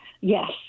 yes